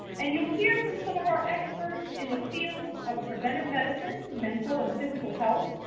and you'll hear from some of our experts in the fields of preventive medicine, mental and physical health,